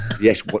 Yes